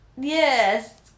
Yes